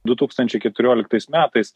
du tūkstančiai keturioliktais metais